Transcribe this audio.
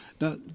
Now